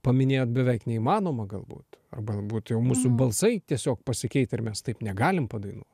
paminėjot beveik neįmanoma galbūt arba būt jau mūsų balsai tiesiog pasikeitę ir mes taip negalim padainuo